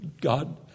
God